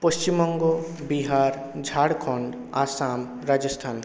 Paschimbanga Bihar Jharkhand Assam Rajasthan